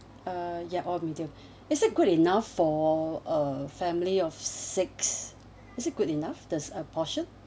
uh yup all medium is it good enough for a family of six is it good enough this uh portion